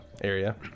area